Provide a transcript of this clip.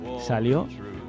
salió